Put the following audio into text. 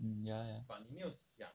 mm ya ya